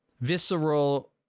visceral